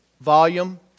volume